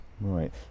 Right